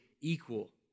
equal